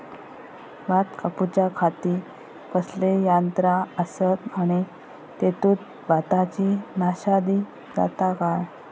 भात कापूच्या खाती कसले यांत्रा आसत आणि तेतुत भाताची नाशादी जाता काय?